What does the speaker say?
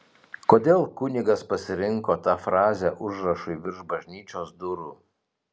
kodėl kunigas pasirinko tą frazę užrašui virš bažnyčios durų